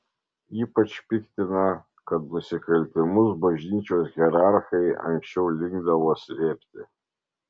ypač piktina kad nusikaltimus bažnyčios hierarchai anksčiau linkdavo slėpti